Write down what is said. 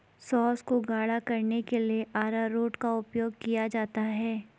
sauce को गाढ़ा करने के लिए अरारोट का उपयोग किया जाता है